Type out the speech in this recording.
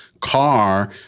car